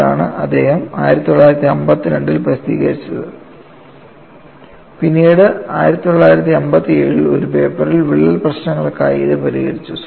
ഇതാണ് അദ്ദേഹം 1952 ൽ പ്രസിദ്ധീകരിച്ചത് പിന്നീട് 1957 ൽ ഒരു പേപ്പറിൽ വിള്ളൽ പ്രശ്നങ്ങൾക്കായി ഇത് പരിഷ്കരിച്ചു